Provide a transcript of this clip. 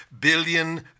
billion